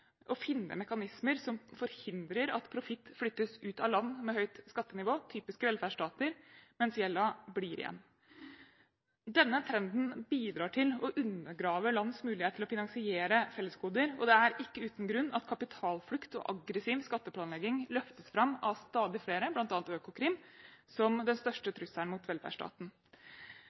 å finne mekanismer som hindrer at profitt flyttes ut av land med høyt skattenivå, som velferdsstater, mens gjelden blir igjen. Denne trenden bidrar til å undergrave lands mulighet til å finansiere fellesgoder, og det er ikke uten grunn at kapitalflukt og aggressiv skatteplanlegging løftes fram av stadig flere, bl.a. av Økokrim, som den største trusselen for velferdsstaten.